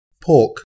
pork